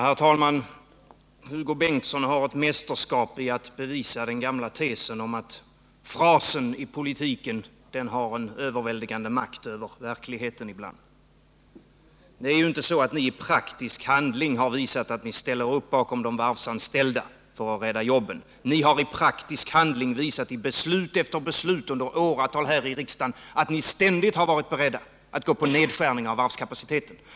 Herr talman! Hugo Bengtsson är en mästare i att bevisa den gamla tesen om att frasen i politiken ibland har en överväldigande makt över verkligheten. Det är ju inte så att ni i praktisk handling har visat att ni ställer upp bakom de varvsanställda för att rädda jobben. Ni har i beslut efter beslut under åratal här i riksdagen visat att ni ständigt varit beredda att gå på nedskärningar av varvskapaciteten.